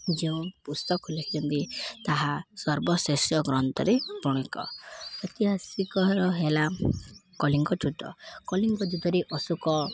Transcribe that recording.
ଯେଉଁ ପୁସ୍ତକ ଲେଖିଛନ୍ତି ତାହା ସର୍ବଶ୍ରେଷ ଗ୍ରନ୍ଥରେ ପୌଣିକ ଐତିହାସିକର ହେଲା କଲିଙ୍ଗ ଯୁଦ୍ଧ କଲିଙ୍ଗ ଯୁଦ୍ଧରେ ଅଶୋକ